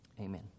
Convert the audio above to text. amen